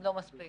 לא מספיק.